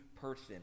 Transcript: person